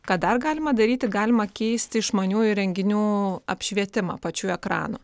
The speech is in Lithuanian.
ką dar galima daryti galima keisti išmaniųjų įrenginių apšvietimą pačių ekranų